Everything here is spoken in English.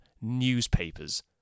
newspapers